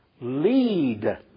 lead